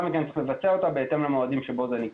מכן צריך לבצע אותה בהתאם למועדים שבו זה נקבע.